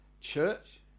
church